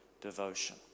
devotion